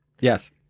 Yes